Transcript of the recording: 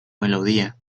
melodía